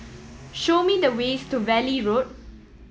show me the way to Valley Road